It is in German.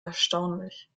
erstaunlich